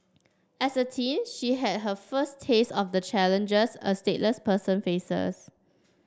as a teen she had her first taste of the challenges a stateless person faces